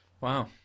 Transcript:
Wow